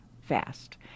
fast